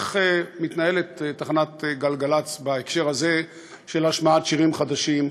איך מתנהלת תחנת "גלגל"צ" בהקשר הזה של השמעת שירים חדשים,